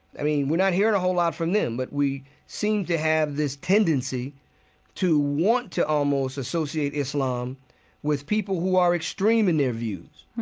i mean we're not hearing a whole lot from them, but we seem to have this tendency to want to almost associate islam with people who are extreme in their views.